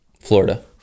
Florida